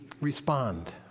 respond